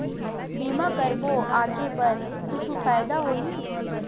बीमा करबो आगे बर कुछु फ़ायदा होही?